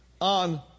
on